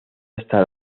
estar